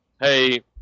Hey